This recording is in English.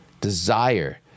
desire